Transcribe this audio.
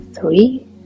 three